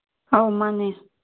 ꯑꯧ ꯃꯥꯅꯦ